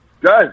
Good